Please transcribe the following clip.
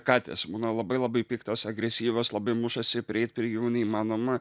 katės būna labai labai piktos agresyvios labai mušasi prieit prie jų neįmanoma